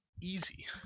easy